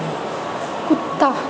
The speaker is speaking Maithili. कुत्ता